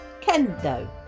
Kendo